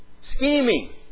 Scheming